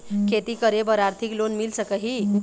खेती करे बर आरथिक लोन मिल सकही?